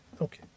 okay